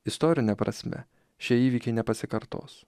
istorine prasme šie įvykiai nepasikartos